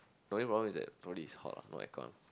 the only problem is that probably is hot ah no aircon